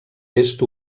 est